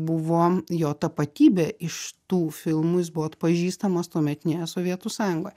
buvo jo tapatybė iš tų filmų jis buvo atpažįstamas tuometinėje sovietų sąjungoje